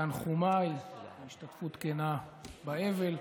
תנחומיי והשתתפות כנה באבל.